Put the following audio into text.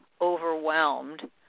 overwhelmed